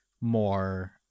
more